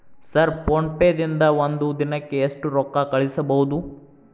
Sir PhonePe ದಿಂದ ಒಂದು ದಿನಕ್ಕೆ ಎಷ್ಟು ರೊಕ್ಕಾ ಕಳಿಸಬಹುದು?